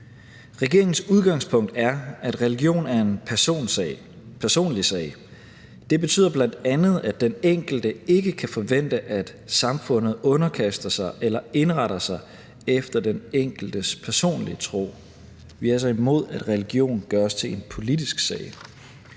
Regeringens udgangspunkt er, at religion er en personlig sag. Det betyder bl.a., at den enkelte ikke kan forvente, at samfundet underkaster sig eller indretter sig efter den enkeltes personlige tro. Vi er altså imod, at religion gøres til en politisk sag.